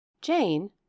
Jane